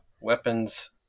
weapons